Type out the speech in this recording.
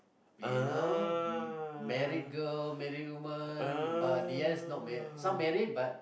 you know m~ married girl married woman but the rest not~ some married but